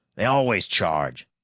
they always charge.